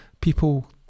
people